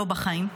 לא בחיים.